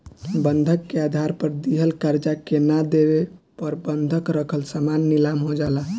बंधक के आधार पर दिहल कर्जा के ना देवे पर बंधक रखल सामान नीलाम हो जाला